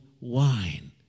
wine